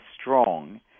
strong